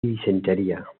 disentería